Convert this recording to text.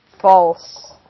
False